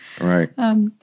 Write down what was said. Right